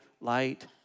light